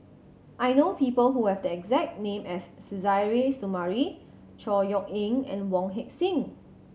I know people who have the exact name as Suzairhe Sumari Chor Yeok Eng and Wong Heck Sing